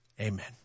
Amen